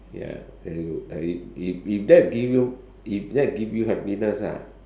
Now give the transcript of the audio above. ya and you that if if if that give you if that give you happiness ah